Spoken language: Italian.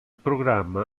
programma